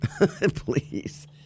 please